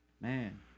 man